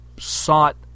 sought